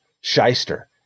shyster